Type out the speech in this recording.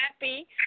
happy